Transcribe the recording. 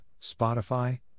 Spotify